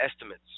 estimates